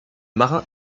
marin